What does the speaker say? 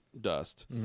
dust